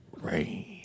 Rain